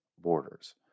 borders